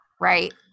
right